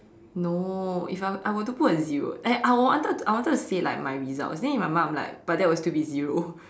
no if I I were to put a zero eh I wanted to I wanted to say like my results then in my mind I'm like but that would still be zero